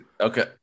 Okay